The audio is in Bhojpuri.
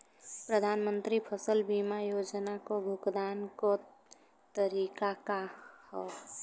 प्रधानमंत्री फसल बीमा योजना क भुगतान क तरीकाका ह?